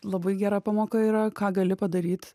labai gera pamoka yra ką gali padaryt